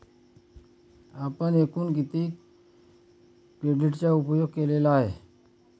आपण एकूण किती क्रेडिटचा उपयोग केलेला आहे?